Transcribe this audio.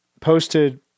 posted